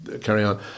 carry-on